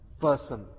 person